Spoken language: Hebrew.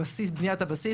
בניית הבסיס.